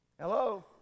Hello